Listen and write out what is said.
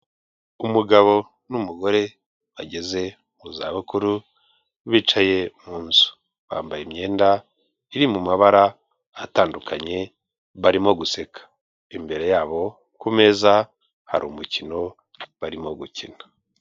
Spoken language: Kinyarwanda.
Umugabo n'umugore bageze mu zabukuru bicaye mu nzu bambaye imyenda iri mu mabara atandukanye barimo guseka, imbere yabo ku meza hari umukino barimo gukina.